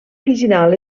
original